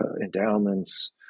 endowments